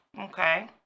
okay